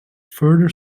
further